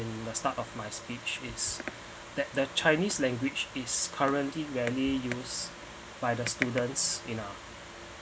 in the start of my speech is that the chinese language is currently rarely use by the students in our